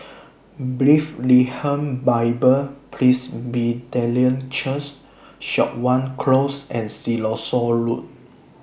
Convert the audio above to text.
Bethlehem Bible Presbyterian Church Siok Wan Close and Siloso Road